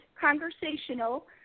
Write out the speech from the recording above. conversational